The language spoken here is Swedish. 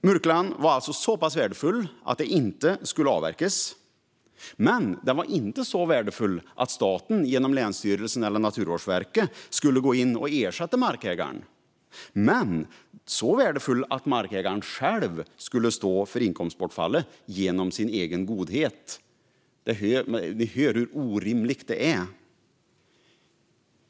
Murklan var alltså så pass värdefull att man inte fick avverka, men den var inte så värdefull att staten genom länsstyrelsen eller Naturvårdsverket skulle gå in och ersätta markägaren. Däremot var den så värdefull att markägaren själv skulle stå för inkomstbortfallet genom sin egen godhet. Ni hör hur orimligt det är.